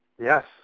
Yes